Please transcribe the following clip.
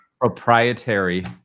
proprietary